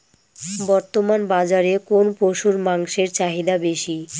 বর্তমান বাজারে কোন পশুর মাংসের চাহিদা বেশি?